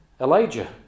Elijah